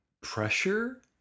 pressure